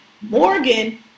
Morgan